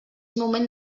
moment